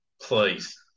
Please